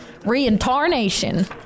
Reincarnation